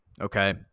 okay